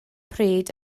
pryd